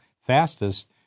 fastest